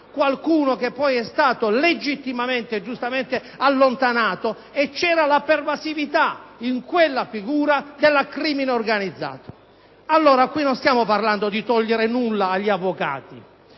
qualcuno che poi è stato legittimamente e giustamente allontanato e vi era la pervasività, in quella figura, del crimine organizzato. Allora, qui non stiamo parlando di togliere nulla agli avvocati.